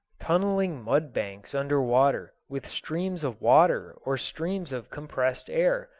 tunneling mud-banks under water, with streams of water or streams of compressed air,